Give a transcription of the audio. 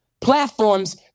platforms